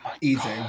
Easy